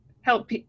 help